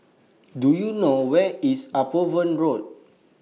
Do YOU know Where IS Upavon Road